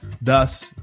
Thus